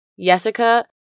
Jessica